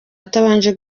atabanje